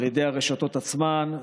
על ידי הרשתות עצמן.